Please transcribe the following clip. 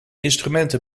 instrumenten